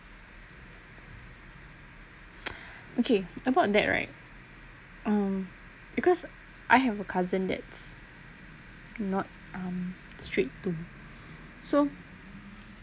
okay about that right um because I have a cousin that's not um strict to so